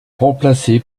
remplacé